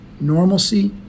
normalcy